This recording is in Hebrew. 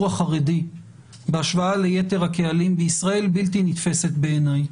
החרדי בהשוואה ליתר הקהלים בישראל בלתי נתפסת בעיניי